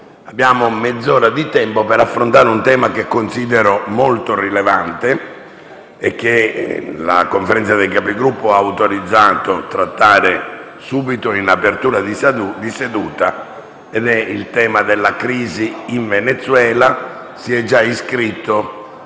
Abbiamo mezz'ora di tempo per affrontare un tema che considero molto rilevante e che la Conferenza dei Capigruppo ha autorizzato a trattare subito, in apertura di seduta, ovvero la crisi politica in Venezuela.